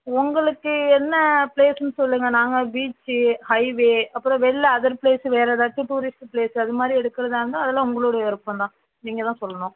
உங்களுக்கு என்ன பிளேஸுன்னு சொல்லுங்கள் நாங்கள் பீச்சு ஹைவே அப்பறம் வெளில அதர் ப்ளேஸு வேறு ஏதாச்சும் டூரிஸ்ட்டு ப்ளேஸு அது மாதிரி எடுக்கிறதா இருந்தால் அதலாம் உங்களுடைய விருப்பம் தான் நீங்கள் தான் சொல்லணும்